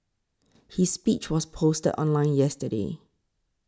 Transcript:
his speech was posted online yesterday